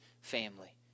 family